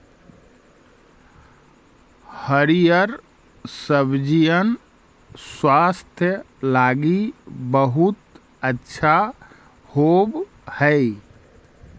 हरिअर सब्जिअन स्वास्थ्य लागी बहुत अच्छा होब हई